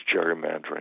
gerrymandering